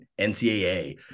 NCAA